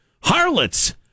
Harlots